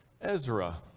Ezra